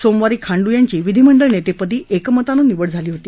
सोमवारी खांडू यांची विधीमंडळ नेतेपदी एकमतानं निवड झाली होती